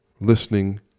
listening